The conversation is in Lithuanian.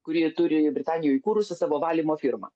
kuri turi britanijoj įkūrusi savo valymo firmą